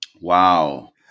Wow